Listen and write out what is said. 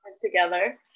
together